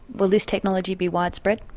will this technology be widespread?